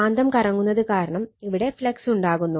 കാന്തം കറങ്ങുന്നത് കാരണം ഇവിടെ ഫ്ളക്സ് ഉണ്ടാകുന്നു